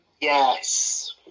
Yes